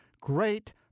great